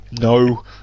No